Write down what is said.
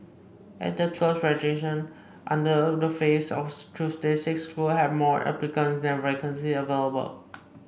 at the close of registration under the phase on Tuesday six schools had more applicants than vacancies available